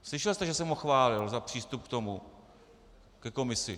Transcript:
Slyšel jste, že jsem ho chválil za přístup ke komisi?